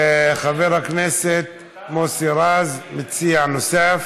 חבר הכנסת מוסי רז, מציע נוסף.